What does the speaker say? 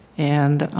and